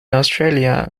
australia